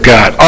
God